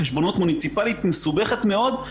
חשבונות מוניציפאליים מסובכים מאוד,